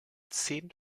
zehn